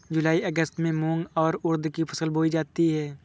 जूलाई अगस्त में मूंग और उर्द की फसल बोई जाती है